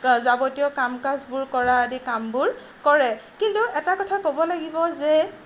যাৱতীয় কাম কাজবোৰ কৰা আদি কামবোৰ কৰে কিন্তু এটা কথা ক'ব লাগিব যে